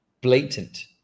blatant